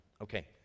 Okay